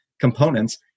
components